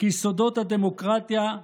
כיסודות הדמוקרטיה,